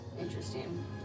Interesting